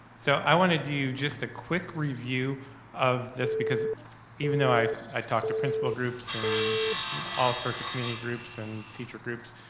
so i wanna do just a quick review of this, because even though i i talked to principal groups and all sorts of community groups and teacher groups,